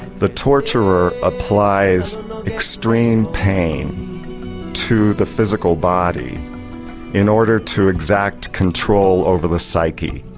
the torturer applies extreme pain to the physical body in order to exact control over the psyche.